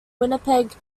winnipeg